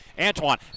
Antoine